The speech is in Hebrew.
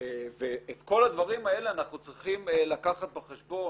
ואת כל הדברים האלה אנחנו צריכים לקחת בחשבון.